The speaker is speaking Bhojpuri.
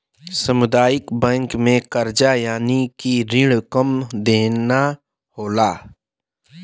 सामुदायिक बैंक में करजा यानि की रिण कम देना होला